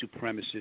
supremacists